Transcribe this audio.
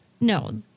no